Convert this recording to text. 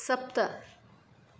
सप्त